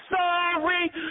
sorry